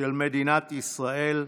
של מדינת ישראל.